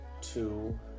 two